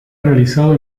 realizado